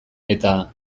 eta